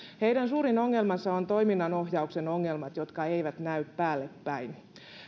heidän suurin ongelmansa ovat toiminnanohjauksen ongelmat jotka eivät näy päälle päin